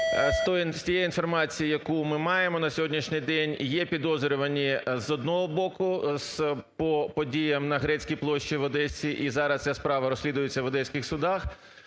з тієї інформації, яку ми маємо на сьогоднішній день, є підозрювані з одного боку по подіям на Грецькій площі в Одесі, і зараз ця справа розслідується в одеських судах.